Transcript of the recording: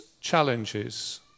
challenges